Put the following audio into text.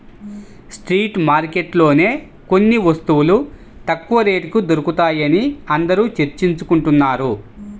street మార్కెట్లలోనే కొన్ని వస్తువులు తక్కువ రేటుకి దొరుకుతాయని అందరూ చర్చించుకుంటున్నారు